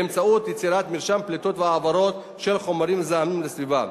באמצעות יצירת מרשם פליטות והעברות של חומרים מזהמים לסביבה.